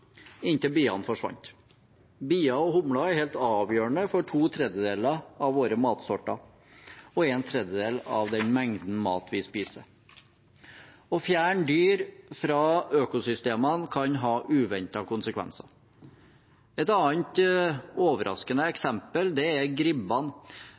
inntil biene forsvant. Bier og humler er helt avgjørende for to tredjedeler av våre matsorter og en tredjedel av den mengden mat vi spiser. Å fjerne dyr fra økosystemene kan ha uventede konsekvenser. Et annet overraskende